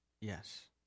Yes